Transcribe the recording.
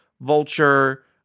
vulture